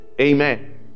Amen